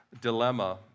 dilemma